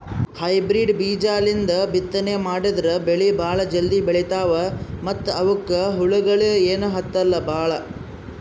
hybrid ಬೀಜಾಲಿಂದ ಬಿತ್ತನೆ ಮಾಡದ್ರ್ ಬೆಳಿ ಭಾಳ್ ಜಲ್ದಿ ಬೆಳೀತಾವ ಮತ್ತ್ ಅವಕ್ಕ್ ಹುಳಗಿಳ ಏನೂ ಹತ್ತಲ್ ಭಾಳ್